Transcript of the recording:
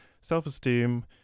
self-esteem